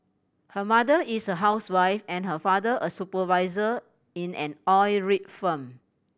her mother is a housewife and her father a supervisor in an oil rig firm